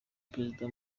perezida